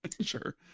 Sure